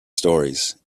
stories